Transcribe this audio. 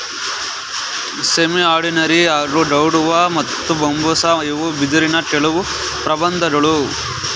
ಸೆಮಿಅರುಂಡಿನೆರಿ ಹಾಗೂ ಗ್ವಾಡುವ ಮತ್ತು ಬಂಬೂಸಾ ಇವು ಬಿದಿರಿನ ಕೆಲ್ವು ಪ್ರಬೇಧ್ಗಳು